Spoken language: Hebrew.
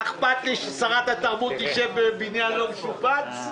אכפת לי ששרת התרבות תשב בבניין לא משופץ?